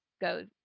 go